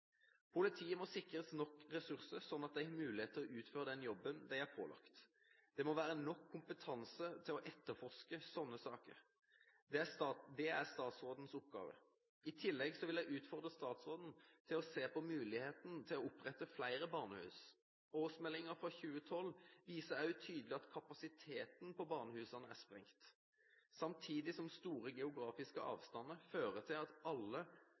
Politiet må sikres nok ressurser, slik at de har mulighet til å utføre den jobben de er pålagt. Det må være nok kompetanse til å etterforske slike saker. Det er statsrådens oppgave. I tillegg vil jeg utfordre statsråden til å se på muligheten til å opprette flere barnehus. Årsmeldingen for 2012 viser også tydelig at kapasiteten på barnehusene er sprengt, samtidig som store geografiske avstander fører til at ikke alle